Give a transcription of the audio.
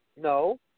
No